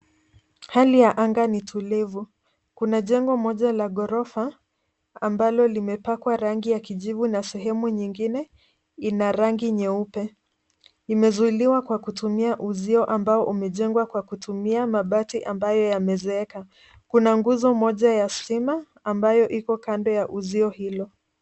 Hali ya anga ni tulivu. Kuna jengo moja la ghorofa ambalo limepakwa rangi ya kijivu na sehemu nyingine ina rangi nyeupe. Limezuiliwa kwa kutumia uzio ambao umejengwa kwa kutumia mabati ambayo yamezeeka. Kuna nguzo moja ya stima, ambayo iko kando ya uzio hilo.